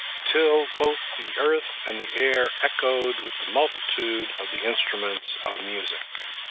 till both the earth and the air echoed with the multitude of the instruments of music.